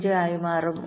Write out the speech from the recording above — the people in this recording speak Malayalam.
35 ആയി മാറും